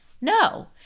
No